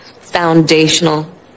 foundational